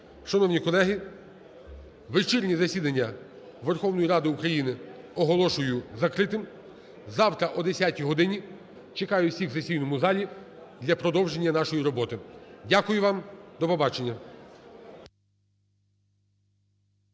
Шановні колеги, вечірнє засідання Верховної Ради України оголошую закритим. Завтра о 10 годині чекаю всіх в сесійному залі для продовження нашої роботи. Дякую вам. До побачення.